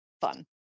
fun